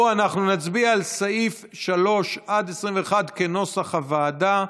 אנחנו נצביע על סעיפים 3 21 כנוסח הוועדה.